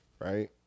Right